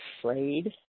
afraid